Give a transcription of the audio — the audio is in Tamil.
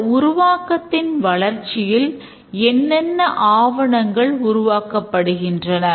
இந்த உருவாக்கத்தின் வளர்ச்சியில் என்னென்ன ஆவணங்கள் உருவாக்கப்படுகின்றன